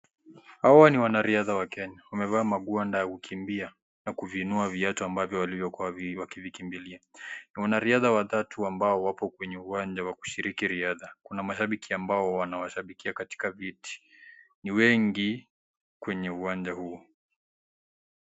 Hawa ni wanariadha wa Kenya wamevaa maguanda ya kukimbia na kuviinua viatu ambavyo walikuwa wakivikimbilia. Wanariadha watatu ambao wako kwenye uwanja wa kushiriki riadha. Kuna mashabiki ambao wanawashabikia katika viti, ni wengi kwenye uwanja huo